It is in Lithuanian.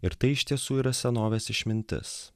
ir tai iš tiesų yra senovės išmintis